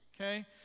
Okay